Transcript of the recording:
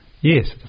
yes